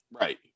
Right